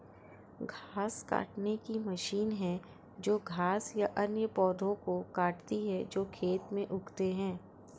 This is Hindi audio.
घास काटने की मशीन है जो घास या अन्य पौधों को काटती है जो खेत में उगते हैं